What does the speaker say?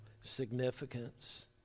significance